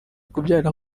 kubyarira